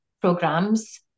programs